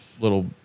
little